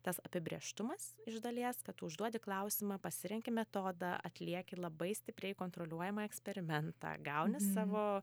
tas apibrėžtumas iš dalies kad tu užduodi klausimą pasirenki metodą atlieki labai stipriai kontroliuojamą eksperimentą gauni savo